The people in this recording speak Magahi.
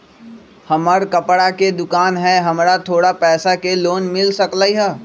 हमर कपड़ा के दुकान है हमरा थोड़ा पैसा के लोन मिल सकलई ह?